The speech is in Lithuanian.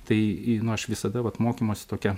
tai aš visada vat mokymosi tokia